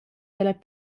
dalla